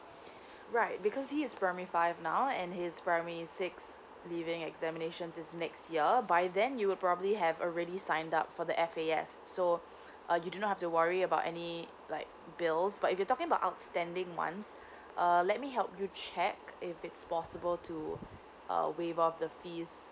right because he is primary five now and his primary six leaving examinations is next year by then you would probably have already signed up for the F_A_S so uh you do not to worry about any like bills but if you talking about outstanding one err let me help you check if it's possible to uh waive off the fees